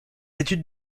études